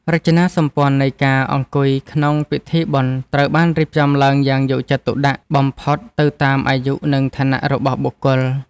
រចនាសម្ព័ន្ធនៃការអង្គុយក្នុងពិធីបុណ្យត្រូវបានរៀបចំឡើងយ៉ាងយកចិត្តទុកដាក់បំផុតទៅតាមអាយុ និងឋានៈរបស់បុគ្គល។